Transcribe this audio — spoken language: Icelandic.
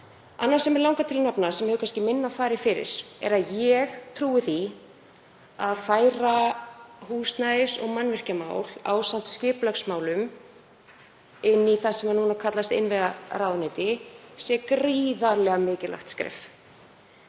Annað sem mig langar til að nefna, sem hefur kannski minna farið fyrir, er að ég trúi því að það að færa húsnæðis- og mannvirkjamál ásamt skipulagsmálum inn í það sem kallast innviðaráðuneyti sé gríðarlega mikilvægt skref.